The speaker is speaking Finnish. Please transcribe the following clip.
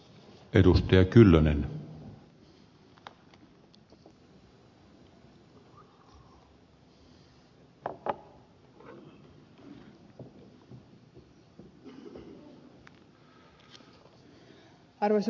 arvoisa puhemies